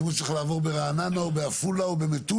האם הוא צריך לעבור ברעננה או בעפולה או במטולה,